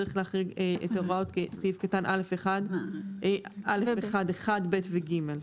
צריך להחריג את הוראות סעיף (א1)(1)(ב) ו-(ג).